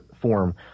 form